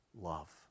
love